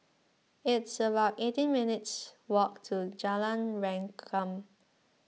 it's about eighteen minutes' walk to Jalan Rengkam